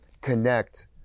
connect